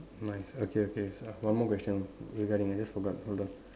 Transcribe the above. nice okay okay so I have one more question regrading I just forgot hold on